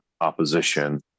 opposition